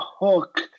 hook